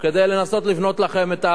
כדי לנסות לבנות לכם את,